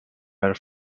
air